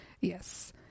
Yes